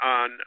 on